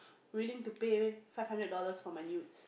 willing to pay five hundred dollars for my nudes